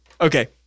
Okay